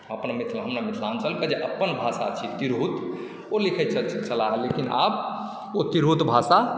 अपन मिथिला हमर मिथिलाञ्चलके जे अपन भाषा छी तिरहुत ओ लिखैत छथि छलाह लेकिन आब ओ तिरहुत भाषा